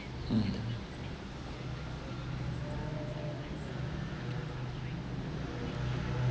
mm